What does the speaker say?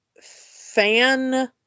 fan